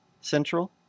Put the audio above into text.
Central